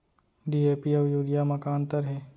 DAP अऊ urea म का अंतर हे?